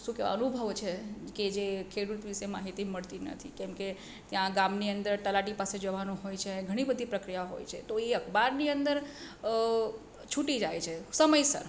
શું કે અનુભવ છે કે જે ખેડૂત વિષે માહિતી મળતી નથી કેમ કે ત્યાં ગામની અંદર તલાટી પાસે જવાનું હોય છે ઘણી બધી પ્રક્રિયા હોય છે તો એ અખબારની અંદર છૂટી જાય છે સમયસર